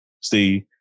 Steve